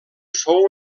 fou